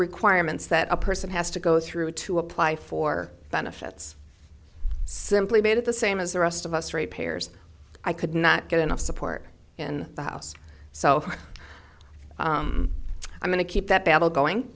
requirements that a person has to go through to apply for benefits simply made it the same as the rest of us rate payers i could not get enough support in the house so i'm going to keep that battle going